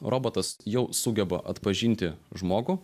robotas jau sugeba atpažinti žmogų